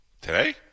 Today